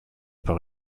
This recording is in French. par